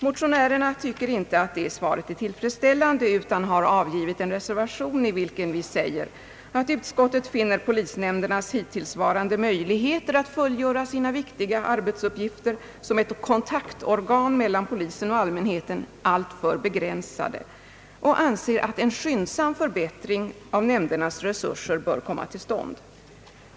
Motionärerna tycker inte att det svaret är tillfredsställande, utan vi har avgivit en reservation i vilken vi yrkar att utskottets skrivning skall få följande lydelse: »Utskottet finner polisnämndernas hittillsvarande möjligheter att fullgöra sina viktiga arbetsuppgifter som ett kontaktorgan mellan polisen och allmänheten alltför begränsade och anser att en skyndsam förbättring av nämndernas resurser bör komma till stånd.